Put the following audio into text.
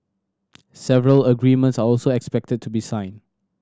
several agreements are also expected to be signed